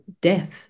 death